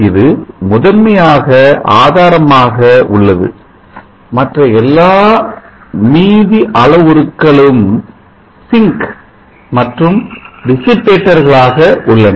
இது முதன்மையாக ஆதாரமாக உள்ளது மற்ற எல்லா மீதி அளவுருக்களும் சிங்க் மற்றும் dissipator ர்களாக உள்ளன